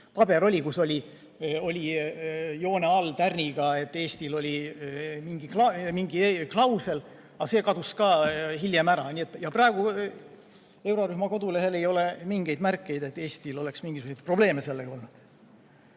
paber oli, kus oli joone all tärniga, et Eestil oli mingi klausel, aga see kadus ka hiljem ära. Praegu eurorühma kodulehel ei ole mingeid märkeid, et Eestil oleks mingisuguseid probleeme sellega olnud.